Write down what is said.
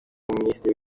minisitiri